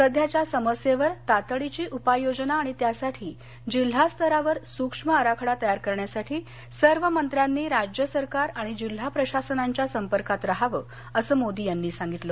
सध्याच्या समस्येवर तातडीची उपाययोजना आणि त्यासाठी जिल्हा स्तरावर सूक्ष्म आराखडा तयार करण्यासाठी सर्व मंत्र्यांनी राज्य सरकार आणि जिल्हा प्रशासनांच्या संपर्कात राहावं असं मोदी यांनी सांगितलं